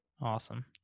Awesome